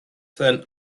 thun